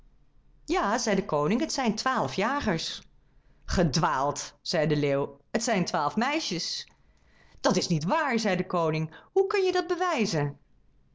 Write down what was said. ja zei de koning het zijn twaalf jagers ge dwaalt zei de leeuw het zijn twaalf meisjes dat is niet waar zei de koning hoe kun je dat bewijzen